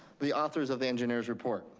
the authors of the engineer's report,